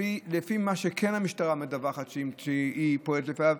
ולפי מה שכן המשטרה מדווחת שהיא פועלת לפיו.